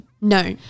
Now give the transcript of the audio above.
No